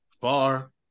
far